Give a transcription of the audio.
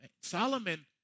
Solomon